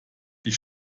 ich